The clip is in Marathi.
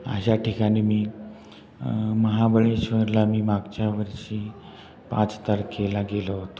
अशा ठिकाणी मी महाबळेश्वरला मी मागच्या वर्षी पाच तारखेला गेलो होतो